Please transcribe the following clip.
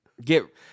Get